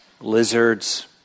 lizards